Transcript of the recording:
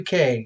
UK